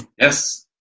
Yes